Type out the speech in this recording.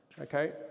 Okay